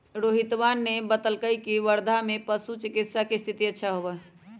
रोहितवा ने बतल कई की वर्धा में पशु चिकित्सा के स्थिति अच्छा होबा हई